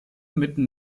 mitten